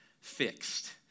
fixed